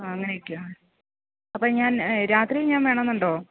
ആ അങ്ങനെയൊക്കെ ആ അപ്പം ഞാന് രാത്രിയും ഞാന് വേണമെന്നുണ്ടോ